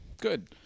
good